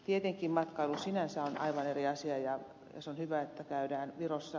tietenkin matkailu sinänsä on aivan eri asia ja on hyvä että käydään virossa